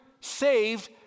saved